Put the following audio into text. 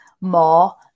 more